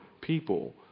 people